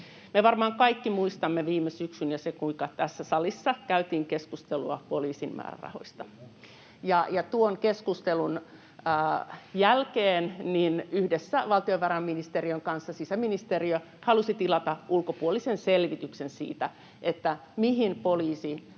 Me varmaan kaikki muistamme viime syksyn ja sen, kuinka tässä salissa käytiin keskustelua poliisin määrärahoista. [Arto Satonen: Kyllä!] Ja tuon keskustelun jälkeen, yhdessä valtiovarainministeriön kanssa, sisäministeriö halusi tilata ulkopuolisen selvityksen siitä, mihin poliisin